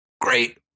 great